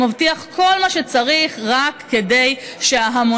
הוא מבטיח כל מה שצריך רק כדי שההמונים